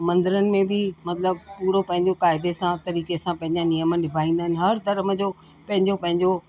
मंदरनि में बि मतलबु पूरो पंहिंजो क़ाइदे सां तरीक़े सां पंहिंजा नियम निभाईंदा आहिनि हर धर्म जो पंहिंजो पंहिंजो